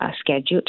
scheduled